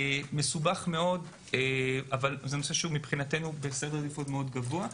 זה מסובך מאוד אבל נושא שמבחינתנו בסדר עדיפות מאוד גבוה.